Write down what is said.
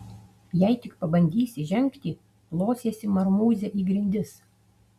jei tik pabandysi žengti plosiesi marmūze į grindis